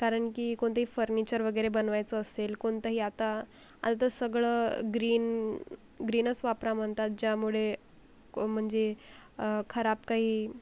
कारण की कोणतेही फर्निचर वगैरे बनवायचं असेल कोणतंही आता आता सगळं ग्रीन ग्रीनच वापरा म्हणतात ज्यामुळे को म्हणजे खराब काही